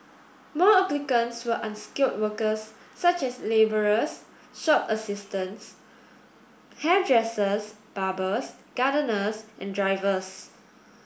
most applicants were unskilled workers such as labourers shop assistants hairdressers barbers gardeners and drivers